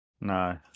No